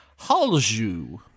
halju